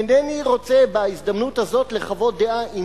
אינני רוצה בהזדמנות הזאת לחוות דעה אם